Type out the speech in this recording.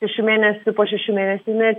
šešių mėnesių po šešių mėnesių jinai